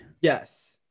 Yes